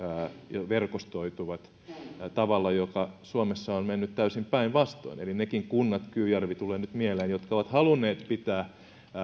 ja verkostoituvat tavalla joka suomessa on mennyt täysin päinvastoin eli nekään kunnat kyyjärvi tulee nyt mieleen jotka ovat halunneet pitää